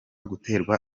guterwa